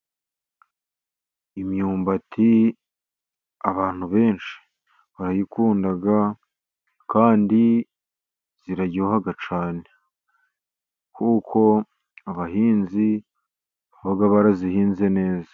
Imyumbati abantu benshi barayikunda, kandi iraryoha cyane, kuko abahinzi baba barayihinze neza.